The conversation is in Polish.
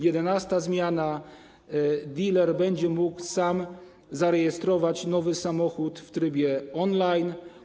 Jedenasta zmiana: diler będzie mógł sam zarejestrować nowy samochód w trybie online.